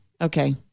Okay